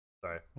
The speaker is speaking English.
Sorry